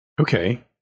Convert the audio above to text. Okay